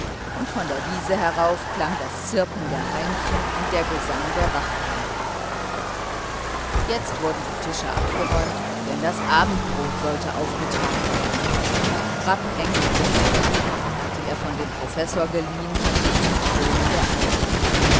und von der wiese herauf klang das zirpen der heimchen und der gesang der wachteln jetzt wurden die tische abgeräumt denn das abendbrot sollte aufgetragen werden rapp hängte bunte lampen die er von dem professor geliehen hatte in die kronen der eichen